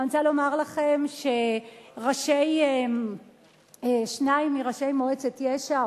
אני רוצה לומר לכם ששניים מראשי מועצת יש"ע,